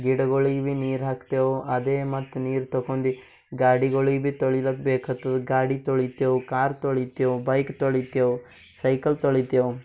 ಗಿಡಗಳಿಗ್ ಭಿ ನೀರು ಹಾಕ್ತೆವೆ ಅದೇ ಮತ್ತು ನೀರು ತೊಕೊಂದಿ ಗಾಡಿಗಳಿಗ್ ಭಿ ತೊಳಿಲಕ್ಕ ಬೇಕ್ಹತ್ತದ ಗಾಡಿ ತೊಳಿತೆವೆ ಕಾರ್ ತೊಳಿತೆವೆ ಬೈಕ್ ತೊಳಿತೆವೆ ಸೈಕಲ್ ತೊಳಿತೆವೆ